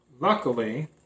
luckily